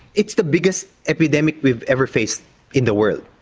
it's the biggest epidemic we've ever faced in the world.